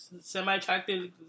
semi-attractive